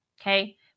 Okay